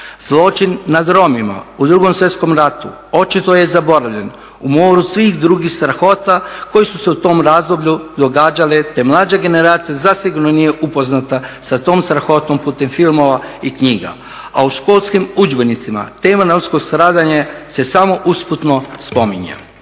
Zločin nad Romima u 2. svjetskom ratu očito je zaboravljen u moru svih drugih strahota koje su se u tom razdoblju događale te mlađa generacija zasigurno nije upoznata sa tom strahotom putem filmova i knjiga. A u školskim udžbenicima tema romskog stradanja se samo usputno spominje.